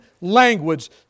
language